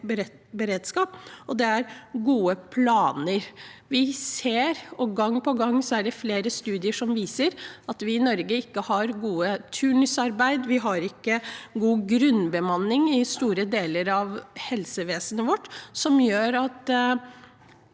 det er gode planer. Vi ser, og gang på gang er det flere studier som viser det, at vi i Norge ikke har godt turnusarbeid, vi har ikke god grunnbemanning i store deler av helsevesenet vårt. Det gjør at